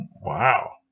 Wow